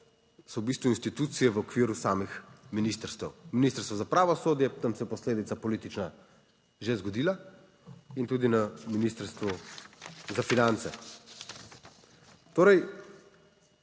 so v bistvu institucije v okviru samih ministrstev. Ministrstvo za pravosodje, tam se je posledica politična že zgodila in tudi na Ministrstvu za finance. Torej,